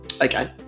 Okay